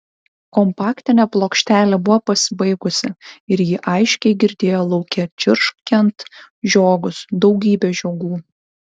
kompaktinė plokštelė buvo pasibaigusi ir ji aiškiai girdėjo lauke čirškiant žiogus daugybę žiogų